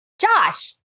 Josh